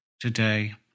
today